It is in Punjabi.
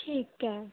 ਠੀਕ ਹੈ